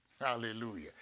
Hallelujah